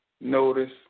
notice